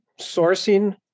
sourcing